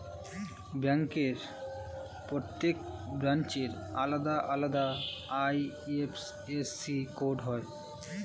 ব্যাংকের প্রত্যেক ব্রাঞ্চের আলাদা আলাদা আই.এফ.এস.সি কোড হয়